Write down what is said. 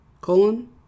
colon